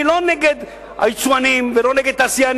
אני לא נגד היצואנים ולא נגד תעשייה.